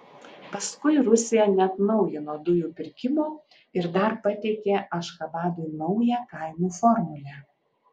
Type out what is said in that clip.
paskui rusija neatnaujino dujų pirkimo ir dar pateikė ašchabadui naują kainų formulę